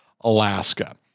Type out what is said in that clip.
Alaska